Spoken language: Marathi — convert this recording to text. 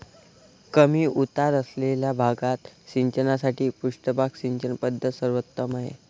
कमी उतार असलेल्या भागात सिंचनासाठी पृष्ठभाग सिंचन पद्धत सर्वोत्तम आहे